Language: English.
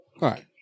right